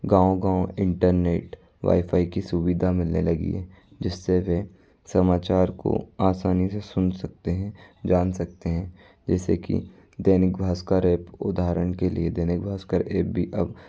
गाँव गाँव internet wifi की सुविधा मिलने लगी है जिससे वह समाचार को आसानी से सुन सकते हैं जान सकते हैं जैसे कि दैनिक भास्कर एप उदाहरण के लिए दैनिक भास्कर एप भी अब